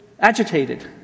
Agitated